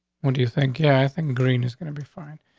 what do you think? yeah, i think green is gonna be fine.